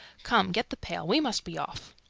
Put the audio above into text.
come, get the pail. we must be off.